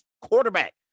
quarterback